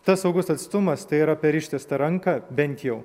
tas saugus atstumas tai yra per ištiestą ranką bent jau